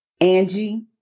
Angie